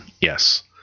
yes